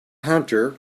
hunter